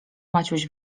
maciuś